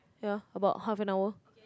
ya about half an hour